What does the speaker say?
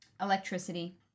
Electricity